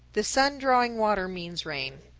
the sun drawing water means rain.